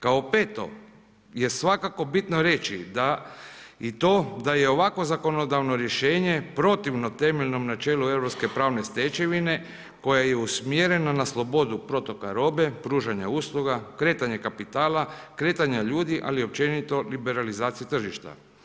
Kao 5 je svakako bitno reći, da i to da je ovakvo zakonodavno rješenje i protivno temeljnom načelu Europske pravne stečevine, koja je usmjerena na slobodu protoka robe, pružanja usluga, kretanja kapitala, kretanja ljudi, ali općenito liberalizaciji tržišta.